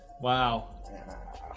Wow